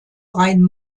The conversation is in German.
rhein